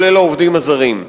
כולל העובדים הזרים.